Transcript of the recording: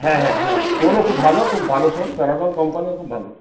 হ্যাঁ হ্যাঁ হ্যাঁ সোলও খুব ভো খুব ভালো প্যারাগন কম্পানিও খুব ভালো